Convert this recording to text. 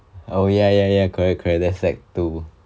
oh ya ya ya correct correct that's sec two